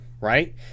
right